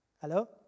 hello